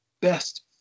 best